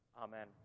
Amen